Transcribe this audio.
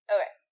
Okay